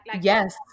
Yes